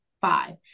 five